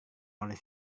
oleh